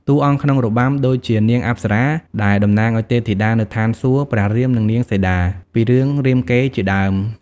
តួអង្គក្នុងរបាំ ដូចជា នាងអប្សរា ដែលតំណាងឱ្យទេពធីតានៅឋានសួគ៌ ព្រះរាម និង នាងសីតា ពីរឿងរាមកេរ្តិ៍ជាដើម។